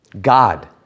God